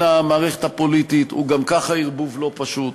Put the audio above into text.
המערכת הפוליטית הוא גם ככה ערבוב לא פשוט.